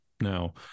Now